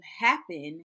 happen